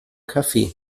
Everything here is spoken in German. café